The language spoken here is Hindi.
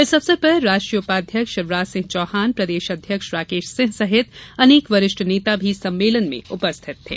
इस अवसर पर राष्ट्रीय उपाध्यक्ष शिवराजसिंह चौहान प्रदेश अध्यक्ष राकेश सिंह सहित अनेक वरिष्ठ नेता भी सम्मेलन में उपस्थित थे